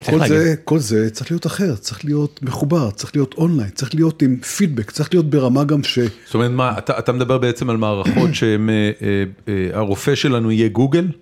כל זה, כל זה צריך להיות אחר, צריך להיות מחובר, צריך להיות אונלין, צריך להיות עם פידבק, צריך להיות ברמה גם ש... זאת אומרת מה, אתה מדבר בעצם על מערכות שהם, הרופא שלנו יהיה גוגל?